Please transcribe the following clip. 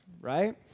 right